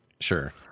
Sure